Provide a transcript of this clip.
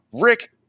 rick